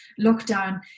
lockdown